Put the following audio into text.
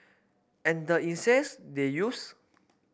and the incense they used